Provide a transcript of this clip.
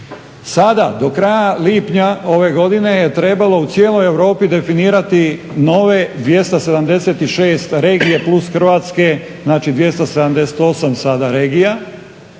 Sada do kraja lipnja ove godine je trebalo u cijeloj Europi definirati nove 276 regije plus hrvatske znači 278 sada regija